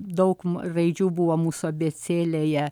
daug raidžių buvo mūsų abėcėlėje